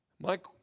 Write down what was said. Mike